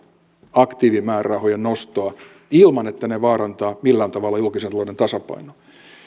aktiivimäärärahojen nostoa ilman että ne vaarantavat millään tavalla julkisen talouden tasapainoa